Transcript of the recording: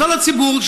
לכלל הציבור.